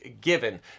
given